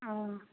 ꯑꯧ